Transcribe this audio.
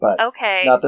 Okay